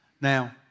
Now